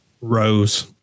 Rose